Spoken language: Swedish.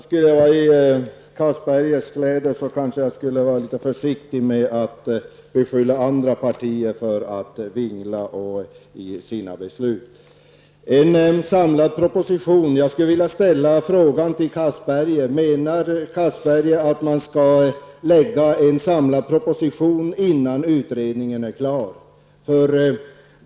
Herr talman! Om jag vore i Anders Castbergers kläder kanske jag skulle vara litet försiktig med att beskylla andra partier för att vingla i sina beslut. Anders Castberger efterlyser en samlad proposition. Jag skulle vilja ställa en fråga: Menar Anders Castberger att man skall lägga fram en samlad proposition innan utredningen är klar?